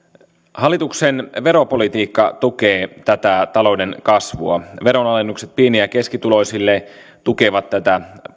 hallituksen veropolitiikka tukee tätä talouden kasvua veronalennukset pieni ja keskituloisille tukevat tätä